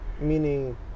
meaning